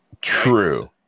True